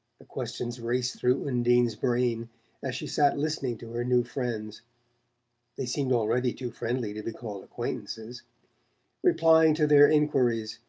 the questions raced through undine's brain as she sat listening to her new friends they seemed already too friendly to be called acquaintances replying to their enquiries,